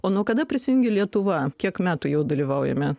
o nuo kada prisijungė lietuva kiek metų jau dalyvaujame